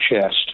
chest